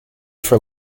for